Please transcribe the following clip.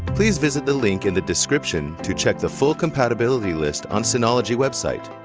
please visit the link in the description to check the full compatibility list on synology website.